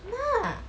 !hanna!